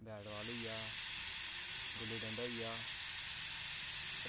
bat ball होई गेआ गुल्ली डंडा होई गेआ